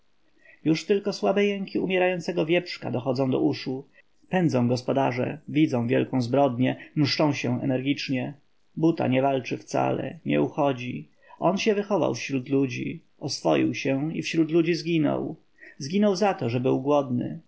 już tylko słabe jęki umierającego wieprzka dochodzą do uszu pędzą gospodarze widzą wielką zbrodnię mszczą się energicznie buta nie walczy wcale nie uchodzi on się wychował wśród ludzi oswoił się i wśród ludzi zginął zginął za to że był głodny